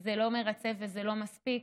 זה לא מרצה וזה לא מספיק,